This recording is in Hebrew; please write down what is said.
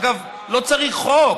אגב, לא צריך חוק.